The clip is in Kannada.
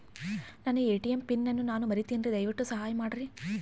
ನನ್ನ ಎ.ಟಿ.ಎಂ ಪಿನ್ ಅನ್ನು ನಾನು ಮರಿತಿನ್ರಿ, ದಯವಿಟ್ಟು ಸಹಾಯ ಮಾಡ್ರಿ